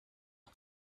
ago